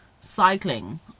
cycling